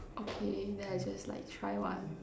okay then I just like try one